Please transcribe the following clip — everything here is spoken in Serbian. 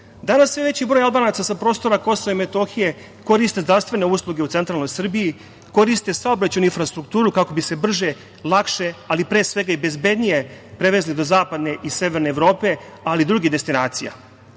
sve veći broj Albanaca sa prostora KiM koriste zdravstvene usluge u centralnoj Srbiji, koriste saobraćajnu infrastrukturu kako bi se brže, lakše, ali pre svega bezbednije, prevezli do zapadne i severne Evrope, ali i drugih destinacija. Imao